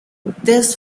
this